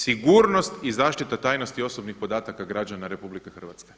Sigurnost i zaštita tajnosti osobnih podataka građana RH.